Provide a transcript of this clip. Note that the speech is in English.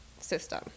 system